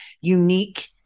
unique